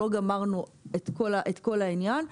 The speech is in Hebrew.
לא גמרנו את כל העניין,